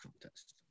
contest